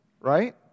right